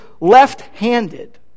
left-handed